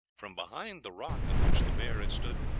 from behind the rock on which the bear had stood,